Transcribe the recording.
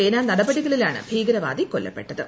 സേന നടപടികളിലാണ് ഭീകരവാദി കൊല്ലപ്പെട്ടത്